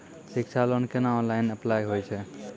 शिक्षा लोन केना online apply होय छै?